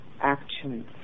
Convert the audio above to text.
actions